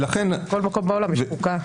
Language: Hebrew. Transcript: בכל מקום בעולם יש חוקה.